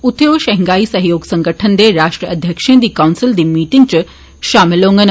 उत्थैं ओ शंघाई सहयोग संगठन दे राष्ट्रध्यक्षें दी कौंसल दी मीटिंग च शामल होगंन